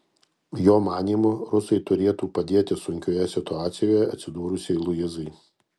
jo manymu rusai turėtų padėti sunkioje situacijoje atsidūrusiai luizai